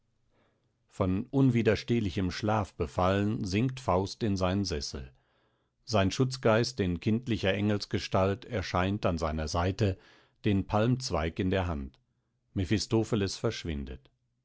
von unwiderstehlichem schlaf befallen sinkt faust in seinen seßel sein schutzgeist in kindlicher engelsgestalt erscheint an seiner seite den palmzweig in der hand mephistopheles verschwindet